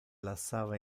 lassava